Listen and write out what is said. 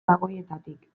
bagoietatik